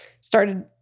started